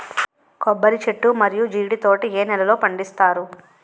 కొబ్బరి చెట్లు మరియు జీడీ తోట ఏ నేలల్లో పండిస్తారు?